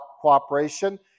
cooperation